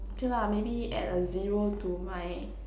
okay lah maybe add a zero to my